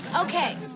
Okay